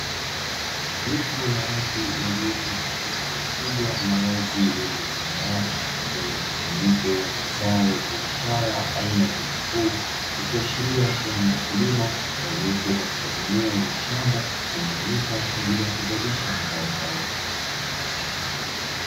Jopi la watu waliopo katika eneo kubwa la wazi lililo tambarare, lenye mkusanyiko wa mazao ya biashara aina ya vitunguu, likiashiria kuwani wakulima waliopo katika eneo la shamba linalotumika kwaajili yakuzalisha mazao hayo.